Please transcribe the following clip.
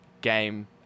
game